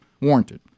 warranted